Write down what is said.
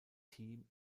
team